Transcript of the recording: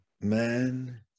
Man